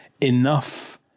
enough